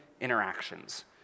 interactions